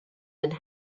and